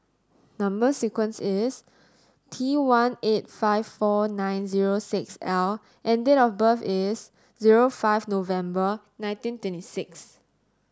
number sequence is T one eight five four nine zero six L and date of birth is zero five November nineteen twenty six